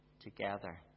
together